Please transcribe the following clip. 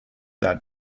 that